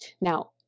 Now